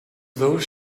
though